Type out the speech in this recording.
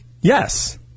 Yes